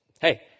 Hey